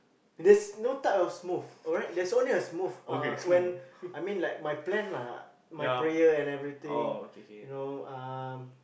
there's no type of smooth alright there's only a smooth uh when I mean like my plan lah my prayer and everything you know um